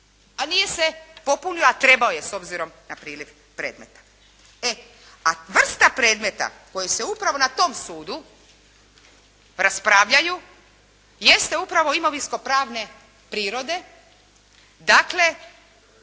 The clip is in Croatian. a nije se popunila, a trebao je s obzirom na priliv predmeta. E a vrsta predmeta koji se upravo na tom sudu raspravljaju, jeste upravo imovinskopravne prirode, dakle